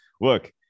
look